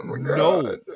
no